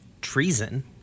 Treason